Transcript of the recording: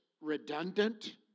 redundant